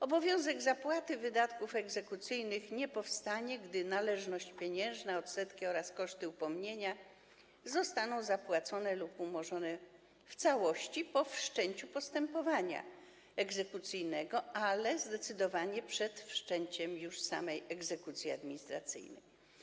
Obowiązek zapłaty wydatków egzekucyjnych nie powstanie, gdy należność pieniężna, odsetki oraz koszty upomnienia zostaną zapłacone lub umorzone w całości po wszczęciu postępowania egzekucyjnego, ale zdecydowanie przed wszczęciem już samej egzekucji administracyjnej.